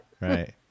right